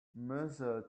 measure